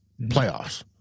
playoffs